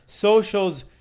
socials